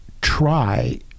try